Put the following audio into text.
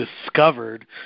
discovered